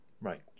Right